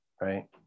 right